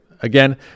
Again